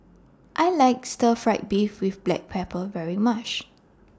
I like Stir Fried Beef with Black Pepper very much